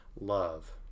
love